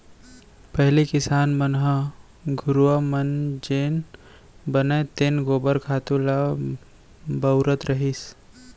पहिली किसान मन ह घुरूवा म जेन बनय तेन गोबर खातू ल बउरत रहिस